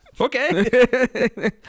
okay